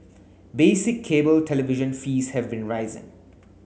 basic cable television fees have been rising